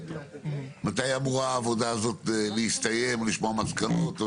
מתי אמורה העבודה הזו להסתיים ונוכל לשמוע מסקנות?